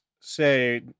say